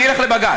אני אלך לבג"ץ,